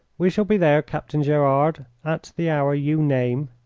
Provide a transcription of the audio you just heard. we shall be there, captain gerard, at the hour you name.